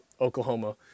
Oklahoma